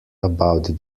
about